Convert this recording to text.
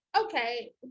okay